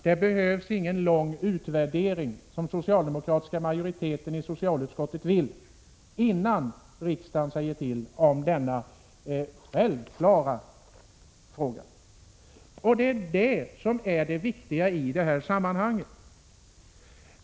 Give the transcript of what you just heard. Det behövs ingen lång utvärdering, som den socialdemokratiska majoriteten i socialutskottet kräver, innan riksdagen slår fast hur vi skall ha det i denna självklara fråga. Det är det som är det viktiga i detta sammanhang.